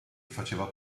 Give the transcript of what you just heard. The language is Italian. faceva